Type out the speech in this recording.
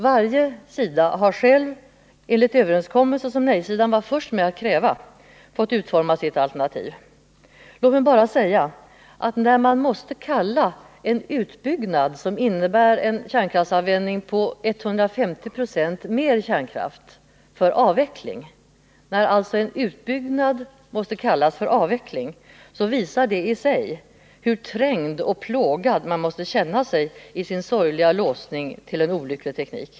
Varje sida har själv — enligt överenskommelse som nej-sidan var först med att kräva — fått utforma sitt alternativ. Låt mig bara säga, att när man måste kalla en utbyggnad — som innebär användning av 150 26 mer kärnkraft — för avveckling, så visar det i sig hur trängd och plågad man måste känna sig i sin sorgliga låsning till en olycklig teknik.